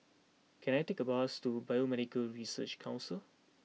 can I take a bus to Biomedical Research Council